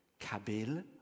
kabil